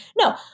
no